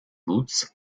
boots